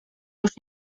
już